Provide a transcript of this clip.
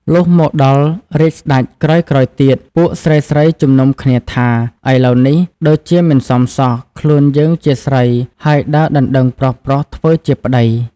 លុះមកដល់រាជ្យសេ្តច ក្រោយៗទៀត ពួកស្រីៗជំនុំគ្នាថា «ឥឡូវនេះដូចជាមិនសមសោះ ខ្លួនយើងជាស្រីហើយដើរដណ្តឹងប្រុសៗ ធ្វើជាប្តី